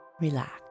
Relax